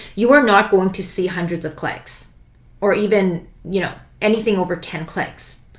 you are not going to see hundreds of clicks or even you know anything over ten clicks.